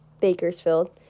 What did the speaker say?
Bakersfield